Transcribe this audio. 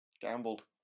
Gambled